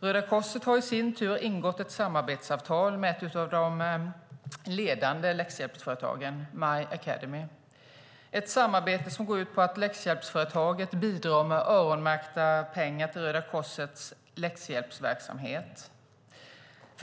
Röda Korset har i sin tur ingått ett samarbetsavtal med ett av de ledande läxhjälpsföretagen, My Academy. Samarbetet går ut på att läxhjälpsföretaget bidrar med öronmärkta pengar till Röda Korsets läxhjälpsverksamhet.